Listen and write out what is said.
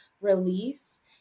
release